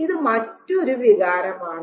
ഇത് മറ്റൊരു വികാരമാണ്